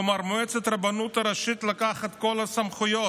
כלומר, מועצת הרבנות הראשית לקחה את כל הסמכויות.